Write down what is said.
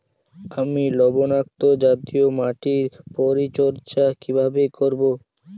আমি লবণাক্ত জাতীয় মাটির পরিচর্যা কিভাবে করব?